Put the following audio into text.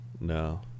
No